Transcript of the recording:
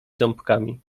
ząbkami